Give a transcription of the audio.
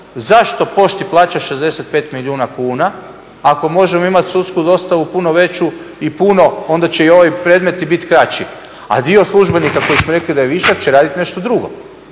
Zašto pošti plaćati 65 milijuna kuna, ako možemo imati sudsku dostavu puno veću i puno, onda će i ovi predmeti biti kraći, a dio službenika koji smo rekli da je višak će raditi nešto drugo.